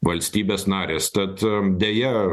valstybės narės tad deja